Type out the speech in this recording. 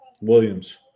Williams